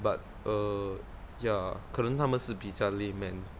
but err ya 可能他们是比较 layman